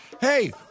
Hey